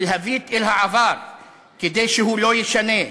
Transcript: ולהביט אל העבר כדי שהוא לא יישנה.